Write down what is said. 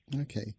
Okay